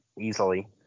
Easily